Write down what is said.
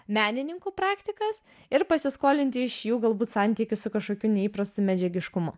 menininkų praktikas ir pasiskolinti iš jų galbūt santykius su kažkokiu neįprastu medžiagiškumu